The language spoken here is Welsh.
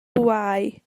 bwâu